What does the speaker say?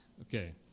Okay